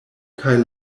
kaj